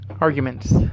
arguments